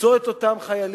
למצוא את אותם חיילים,